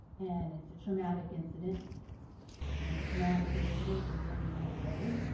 and it's a traumatic incident and a traumatic incident, it doesn't go away.